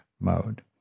mode